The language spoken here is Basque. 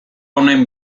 honen